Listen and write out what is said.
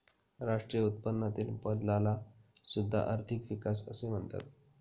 राष्ट्रीय उत्पन्नातील बदलाला सुद्धा आर्थिक विकास असे म्हणतात